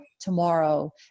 tomorrow